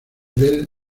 del